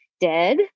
dead